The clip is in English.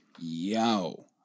Yo